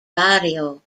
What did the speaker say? barrio